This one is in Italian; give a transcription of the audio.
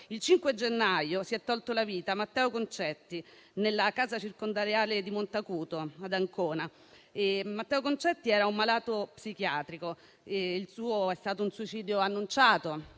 Il 5 gennaio si è tolto la vita Matteo Concetti, nella casa circondariale di Montacuto, ad Ancona. Matteo Concetti era un malato psichiatrico; il suo è stato un suicidio annunciato,